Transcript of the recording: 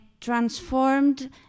transformed